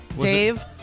Dave